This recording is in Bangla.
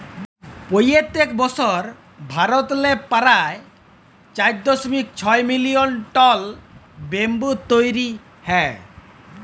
পইত্তেক বসর ভারতেল্লে পারায় চার দশমিক ছয় মিলিয়ল টল ব্যাম্বু তৈরি হ্যয়